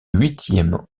huitième